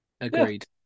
agreed